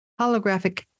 holographic